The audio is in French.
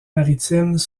maritimes